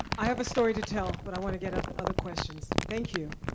i have a story to tell, but i wanna get other other questions. thank you,